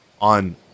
on